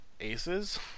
aces